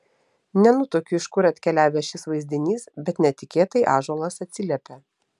nenutuokiu iš kur atkeliavęs šis vaizdinys bet netikėtai ąžuolas atsiliepia